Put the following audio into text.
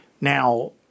Now